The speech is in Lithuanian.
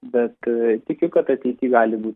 bet tikiu kad ateity gali būti